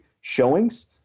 showings